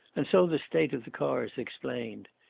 and so the state of the car is explained.